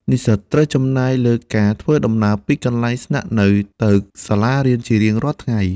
និស្សិតត្រូវចំណាយលើការធ្វើដំណើរពីកន្លែងស្នាក់នៅទៅសាលារៀនជារៀងរាល់ថ្ងៃ។